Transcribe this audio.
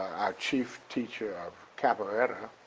our chief teacher of capoeira,